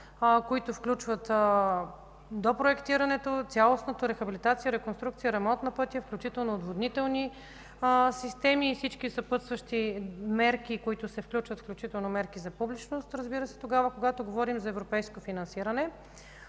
които включват допроектирането, цялостна рехабилитация и реконструкция, ремонт на пътя, включително отводнителни системи и всички съпътстващи мерки, които се включват, включително мерки за публичност. Разбира се, когато говорим за европейско финансиране,